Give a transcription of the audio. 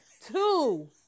Two